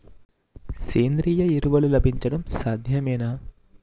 సేంద్రీయ ఎరువులు లభించడం సాధ్యమేనా?